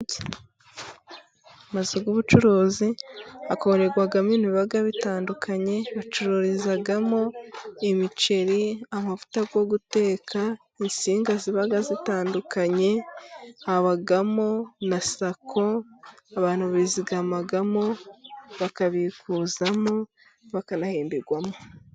Amazu y'ubucuruzi akorerwamo ibintu biba bitandukanye, bacururizamo imiceri, amavuta yo guteka, insinga ziba zitandukanye. Habamo na sako, abantu bizigamamo bakabikuzamo bakanahemberwamo.